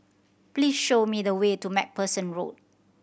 please show me the way to Macpherson Road